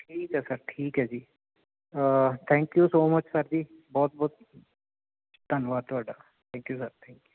ਠੀਕ ਹੈ ਸਰ ਠੀਕ ਹੈ ਜੀ thank you so much sir ਜੀ ਬਹੁਤ ਬਹੁਤ ਧੰਨਵਾਦ ਤੁਹਾਡਾ ਥੈਂਕ ਯੂ ਸਰ ਥੈਂਕ